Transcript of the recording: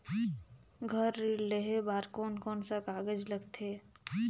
घर ऋण लेहे बार कोन कोन सा कागज लगथे?